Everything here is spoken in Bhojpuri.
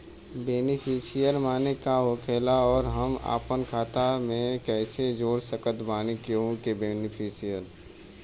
बेनीफिसियरी माने का होखेला और हम आपन खाता मे कैसे जोड़ सकत बानी केहु के बेनीफिसियरी?